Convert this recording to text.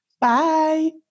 Bye